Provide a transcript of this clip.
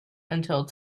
until